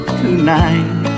tonight